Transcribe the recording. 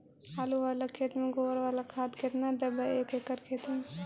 आलु बाला खेत मे गोबर बाला खाद केतना देबै एक एकड़ खेत में?